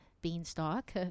beanstalk